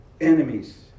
enemies